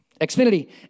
Xfinity